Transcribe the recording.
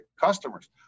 customers